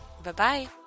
Bye-bye